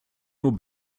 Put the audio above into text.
nur